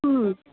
ꯎꯝ